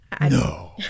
No